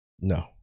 No